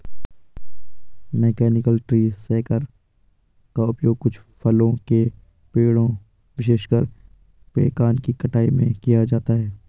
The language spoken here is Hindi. मैकेनिकल ट्री शेकर का उपयोग कुछ फलों के पेड़ों, विशेषकर पेकान की कटाई में किया जाता है